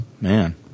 man